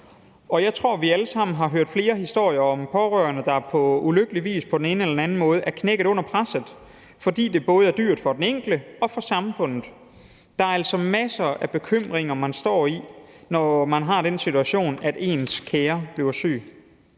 Jeg tror, at vi alle sammen har hørt flere historier om pårørende, der på ulykkelig vis på den ene eller den anden måde er knækket under presset, fordi det både er dyrt for den enkelte og for samfundet. Der er altså masser af bekymringer, man står med, når man er i den situation, at ens kære bliver syg.